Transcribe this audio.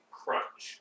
crunch